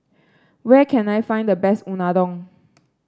where can I find the best Unadon